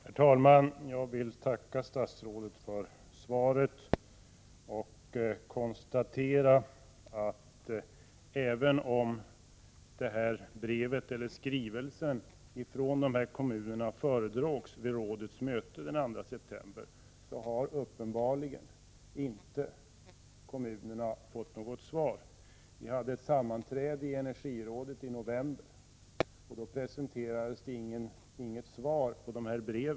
Herr talman! Jag vill tacka statsrådet för svaret. Jag kan konstatera att även om brevet, eller skrivelsen, från dessa kommuner föredrogs vid rådets möte den 2 september, har kommunerna uppenbarligen inte fått något svar. Vi hade ett sammanträde i energirådet i november. Det presenterades då inget svar på dessa brev.